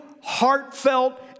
heartfelt